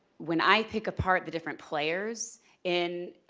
when i pick apart the different players in.